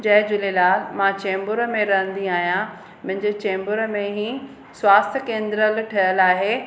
जय झूलेलाल मां चेम्बूर में रहंदी आहियां मुंहिंजे चेम्बूर में ई स्वास्थ्य केंद्रल ठहियलु आहे